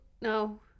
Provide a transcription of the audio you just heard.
no